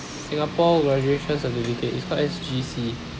singapore graduation certificate it's called S_G_C